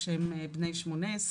כשהם בני 18,